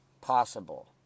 possible